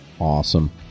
Awesome